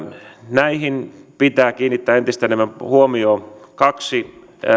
näihin pitää kiinnittää entistä enemmän huomiota on kaksi